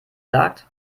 sagt